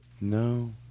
No